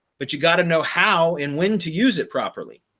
but you got to know how and when to use it properly.